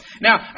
Now